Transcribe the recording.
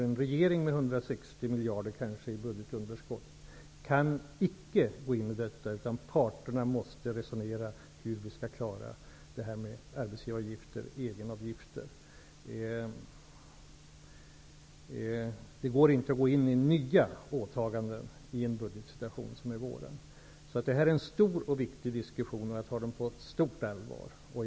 En regering med 160 miljarder kronor i budgetunderskott kan inte gå in, utan parterna måste resonera hur vi skall klara det här med egenavgifter och arbetsgivaravgifter. Man kan inte gå in i nya åtaganden i den budgetsituation som nu råder. Det här är en stor och viktig diskussion, som jag tar på stort allvar.